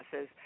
says